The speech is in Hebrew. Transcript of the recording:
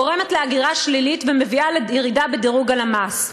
גורמת להגירה שלילית ומביאה לירידה בדירוג הלמ"ס.